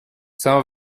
saint